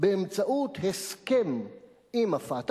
באמצעות הסכם עם "פתח"